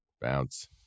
Bounce